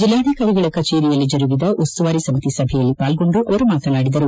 ಜಲ್ಲಾಧಿಕಾರಿಗಳ ಕಚೇರಿಯಲ್ಲಿ ಜರುಗಿದ ಉಸ್ತುವಾರಿ ಸಮಿತಿ ಸಭೆಯಲ್ಲಿ ಪಾಲ್ಗೊಂಡು ಅವರು ಮಾತನಾಡಿದರು